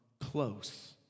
close